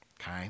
Okay